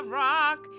rock